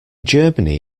germany